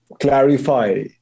clarify